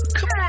Come